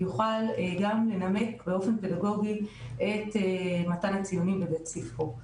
יוכל גם לנמק באופן פדגוגי את מתן הציונים בבית ספרו.